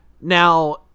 Now